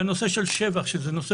בנושא של שבח שזה נושא